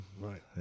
Right